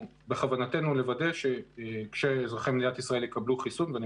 בכוונתנו לוודא שכשאזרחי מדינת ישראל יקבלו חיסון ואני